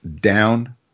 down